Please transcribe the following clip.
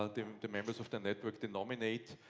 ah the the members of the network denominate,